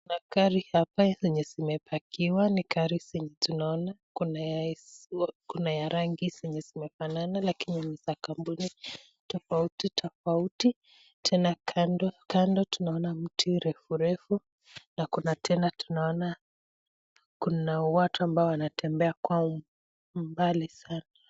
Magari ambaye zenye zimeoakiwa ni gari zenye tunaona, kuna ya rangi zenye zimefanana lakini ni za kampuni togauti tofauti tena kando tunaona miti refu refu na kuna tena tunaona kuna watu ambao wanatembea kwa umbali sana.